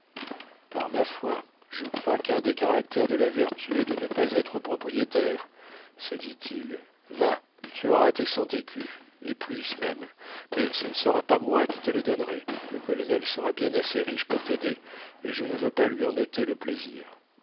par ma foi je crois qu'un des caractères de la vertu est de ne pas être propriétaire se dit-il va tu auras tes cent écus et plus même mais ce ne sera pas moi qui te les donnerai le colonel sera bien assez riche pour t'aider et je ne veux pas lui en ôter le plaisir